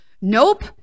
Nope